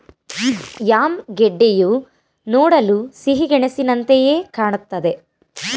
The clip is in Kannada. ಯಾಮ್ ಗೆಡ್ಡೆಯು ನೋಡಲು ಸಿಹಿಗೆಣಸಿನಂತೆಯೆ ಕಾಣುತ್ತದೆ